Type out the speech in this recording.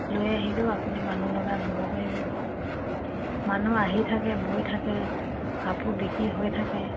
লৈ আহিলেও আপুনি মানুহ লগাই ব'ব পাৰিব মানুহ আহি থাকে বৈ থাকে কাপোৰ বিক্ৰী হৈ থাকে